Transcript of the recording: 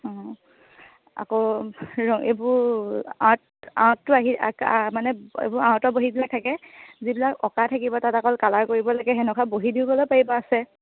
অঁ আকৌ ৰং এইবোৰ আৰ্ট আৰ্টটো আহি মানে এইবোৰ আৰ্টৰ বহীবিলাক থাকে যিবিলাক অঁকা থাকিব তাত অকল কালাৰ কৰিব লাগে সেনেকুৱা বহী দিওঁ ক'লেও পাৰিব আছে